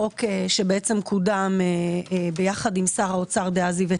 חוק שקודם עם שר האוצר הקודם דאז איווט